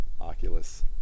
oculus